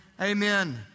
Amen